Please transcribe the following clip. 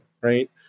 Right